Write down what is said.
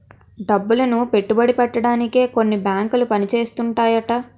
డబ్బులను పెట్టుబడి పెట్టడానికే కొన్ని బేంకులు పని చేస్తుంటాయట